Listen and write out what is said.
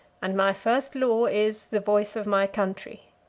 and my first law is, the voice of my country.